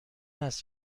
است